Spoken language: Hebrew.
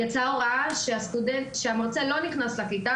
יצאה הוראה שהמרצה לא נכנס לכיתה.